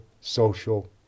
social